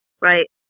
Right